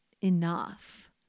enough